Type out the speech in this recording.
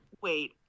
wait